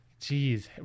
Jeez